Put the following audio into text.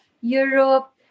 Europe